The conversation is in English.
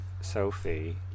Sophie